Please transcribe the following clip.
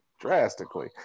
drastically